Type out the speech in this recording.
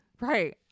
Right